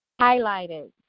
highlighted